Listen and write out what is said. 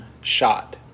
shot